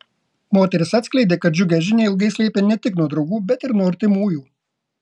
moteris atskleidė kad džiugią žinią ilgai slėpė ne tik nuo draugų bet ir nuo artimųjų